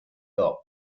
top